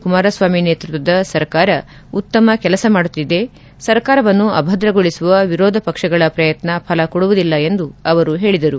ಕುಮಾರ ಸ್ವಾಮಿ ನೇತೃತ್ವದ ಸರ್ಕಾರ ಉತ್ತಮ ಕೆಲಸ ಮಾಡುತ್ತಿದೆ ಸರ್ಕಾರವನ್ನು ಅಭದ್ರಗೊಳಿಸುವ ವಿರೋಧ ಪಕ್ಷಗಳ ಪ್ರಯತ್ನ ಫಲ ಕೊಡುವುದಿಲ್ಲ ಎಂದು ಅವರು ಹೇಳಿದರು